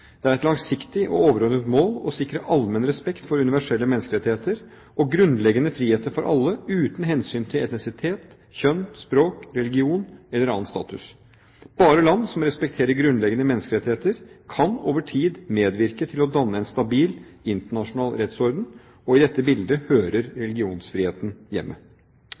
Det er et langsiktig og overordnet mål å sikre allmenn respekt for universelle menneskerettigheter og grunnleggende friheter for alle uten hensyn til etnisitet, kjønn, språk, religion eller annen status. Bare land som respekterer grunnleggende menneskerettigheter, kan over tid medvirke til å danne en stabil internasjonal rettsorden. I dette bildet hører religionsfriheten hjemme.